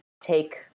take